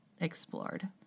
explored